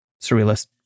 surrealist